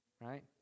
right